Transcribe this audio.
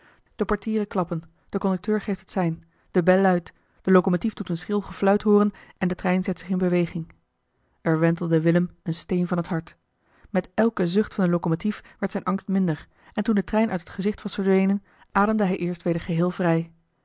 de portieren klappen de conducteur geeft het sein de bel luidt de locomotief doet een schril gefluit hooren en de trein zet zich in beweging er wentelde willem een steen van het hart met elken zucht van de locomotief werd zijn angst minder en toen de trein uit het gezicht was verdwenen ademde hij eerst weder geheel vrij